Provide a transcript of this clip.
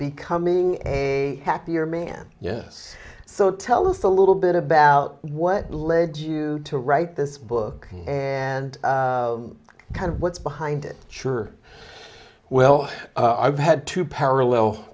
becoming a happier man yes so tell us a little bit about what led you to write this book and kind of what's behind it sure well i've had two parallel